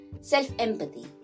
self-empathy